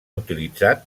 utilitzat